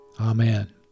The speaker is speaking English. Amen